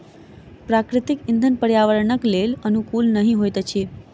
प्राकृतिक इंधन पर्यावरणक लेल अनुकूल नहि होइत अछि